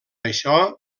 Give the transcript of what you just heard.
això